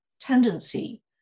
tendency